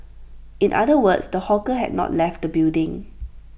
in other words the hawker has not left the building